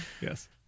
Yes